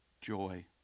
joy